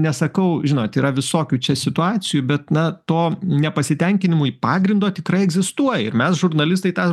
nesakau žinot yra visokių čia situacijų bet na to nepasitenkinimui pagrindo tikrai egzistuoja ir mes žurnalistai tą